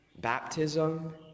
baptism